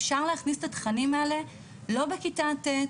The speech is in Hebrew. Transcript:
אפשר להכניס את התכנים האלה לא בכיתה ט',